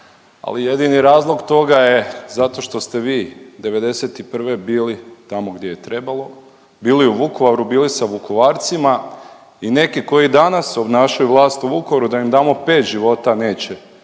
ali jedini razlog toga je zato što ste vi '91. bili tamo gdje je trebalo, bili u Vukovaru, bili sa Vukovarcima i neki koji danas obnašaju vlast u Vukovaru da im damo pet života neće